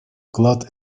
вклад